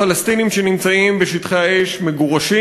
פלסטינים שנמצאים בשטחי האש מגורשים,